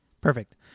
Perfect